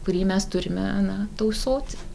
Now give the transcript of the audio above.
kurį mes turime na tausot